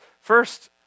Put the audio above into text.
First